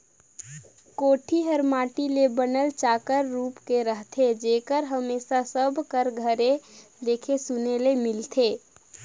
कोठी हर माटी ले बनल चाकर रूप मे रहथे जेहर हमेसा सब कर घरे देखे सुने ले मिलथे